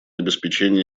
обеспечения